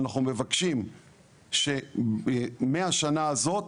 אנחנו מבקשים שמהשנה הזאת,